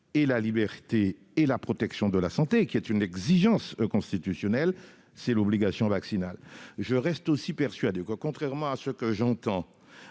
et la liberté et la protection de la santé, qui est une exigence constitutionnelle, c'est l'obligation vaccinale. De même, je suis persuadé, contrairement à ceux qui disent